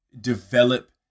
develop